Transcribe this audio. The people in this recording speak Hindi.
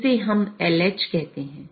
इसे हम LH कहते हैं